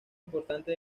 importante